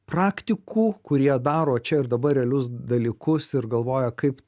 praktikų kurie daro čia ir dabar realius dalykus ir galvoja kaip